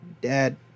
dad